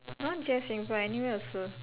not just Singapore anywhere also